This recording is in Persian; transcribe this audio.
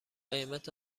قیمت